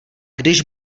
když